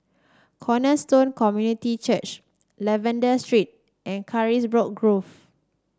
Cornerstone Community Church Lavender Street and Carisbrooke Grove